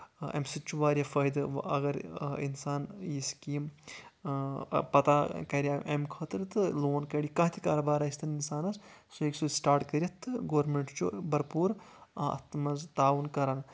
اَمہِ سۭتۍ چھُ واریاہ فٲیِدٕ اَگر اِنسان یہِ سکیٖم پَتہ کَرِ ہا اَمہِ خٲطرٕ تہٕ لون کَڑِ کانٛہہ تہِ کاروبار ٲسۍ تن اِنسانَس سُہ ہٮ۪کہِ سُہ سٹارٹ کٔرِتھ تہٕ گورمیٚنٛٹ چُھ بَرپوٗر اَتھ منٛز تعاوُن کَران